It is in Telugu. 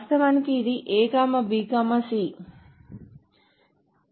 3 7